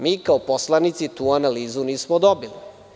Mi kao poslanici tu analizu nismo dobili.